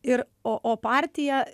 ir o o partija